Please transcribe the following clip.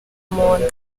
umuntu